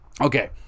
okay